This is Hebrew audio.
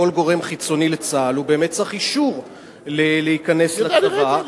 כל גורם חיצוני לצה"ל באמת צריך אישור להיכנס לצבא,